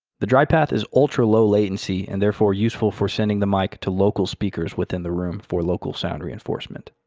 the dry path is ultra-low latency and therefore useful for sending the mic to local speakers within the room for local sound reinforcement.